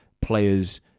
players